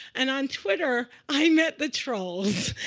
and on twitter, i met the trolls.